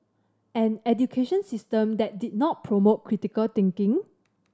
an education system that did not promote critical thinking